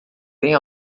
tem